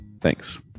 Thanks